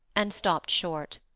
and stopped short.